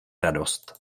radost